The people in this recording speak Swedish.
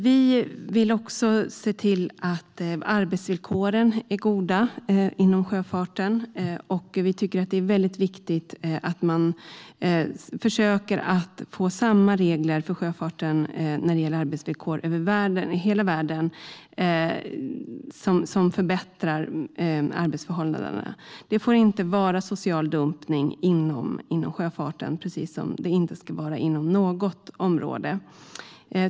Vi vill också se till att arbetsvillkoren är goda inom sjöfarten. Vi tycker att det är mycket viktigt att man försöker få samma regler för arbetsvillkoren inom sjöfarten över hela världen så att arbetsförhållandena förbättras. Det får inte vara social dumpning inom sjöfarten, precis som det inte ska vara det inom något annat område heller.